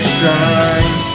shine